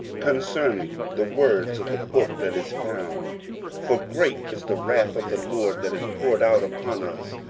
concerning the words of the book that is found for great is the wrath of the lord that is poured out upon us,